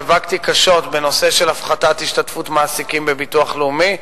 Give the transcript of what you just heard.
נאבקתי קשות בנושא של הפחתת השתתפות מעסיקים בביטוח לאומי.